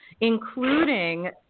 including